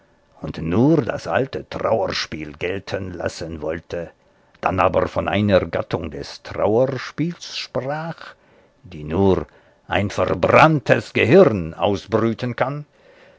und nur das alte trauerspiel gelten lassen wollte dann aber von einer gattung des trauerspiels sprach die nur ein verbranntes gehirn ausbrüten kann